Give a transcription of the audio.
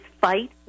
fight